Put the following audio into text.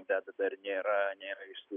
bet dar nėra neaišku